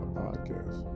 podcast